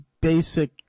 basic